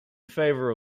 favour